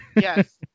Yes